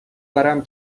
ورم